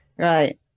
Right